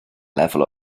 lefel